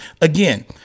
again